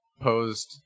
Posed